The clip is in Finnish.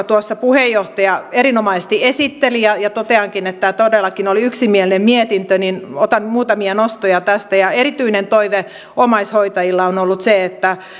tuossa puheenjohtaja erinomaisesti esitteli ja ja toteankin että todellakin tämä oli yksimielinen mietintö ja otan muutamia nostoja tästä erityinen toive omaishoitajilla on on ollut se että